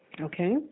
okay